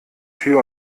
tür